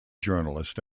journalist